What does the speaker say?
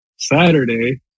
Saturday